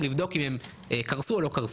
לבדוק האם הם קרסו או לא קרסו.